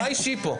מה אישי כאן?